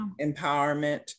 empowerment